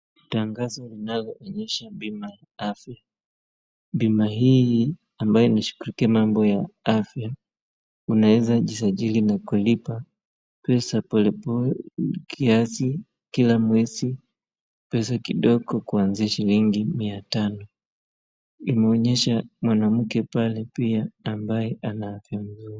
Tangazo linaonyesha bima la afya. Bima hii ambaye inashughulikia mambo ya afya unaweza jisajili na kulipa pesa polepole kiasi kila mwezi, pesa kidogo kuanzia shilingi mia tano. Inaonyesha mwanamke pale pia ambaye ana afya mzuri.